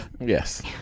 Yes